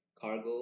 cargo